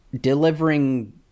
delivering